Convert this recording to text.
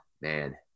man